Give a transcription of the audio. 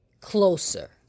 closer